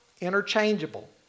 Interchangeable